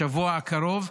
בשבוע הקרוב,